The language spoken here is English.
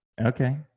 Okay